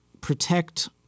protect